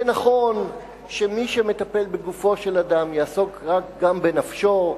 ונכון שמי שמטפל בגופו של אדם יעסוק גם בנפשו,